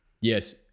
Yes